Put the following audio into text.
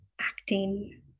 acting